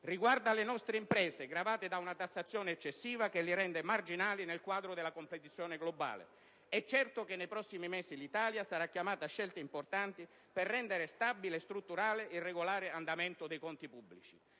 riguarda le nostre imprese gravate da una tassazione eccessiva che li rende marginali nel quadro della competizione globale. È certo che nei prossimi mesi l'Italia sarà chiamata a scelte importanti per rendere stabile e strutturale il regolare andamento dei conti pubblici.